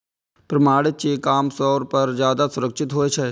प्रमाणित चेक आम तौर पर ज्यादा सुरक्षित होइ छै